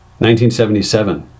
1977